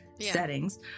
Settings